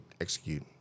execute